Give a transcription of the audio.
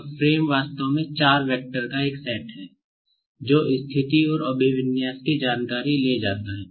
अब फ्रेम वास्तव में चार वैक्टर का एक सेट है जो स्थिति और अभिविन्यास की जानकारी ले जाता है